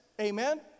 Amen